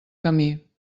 camí